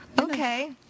Okay